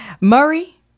Murray